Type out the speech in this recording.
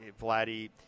Vladdy